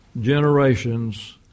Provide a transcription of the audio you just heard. Generations